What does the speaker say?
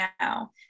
now